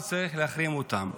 וצריך להחרים אותם.